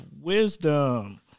wisdom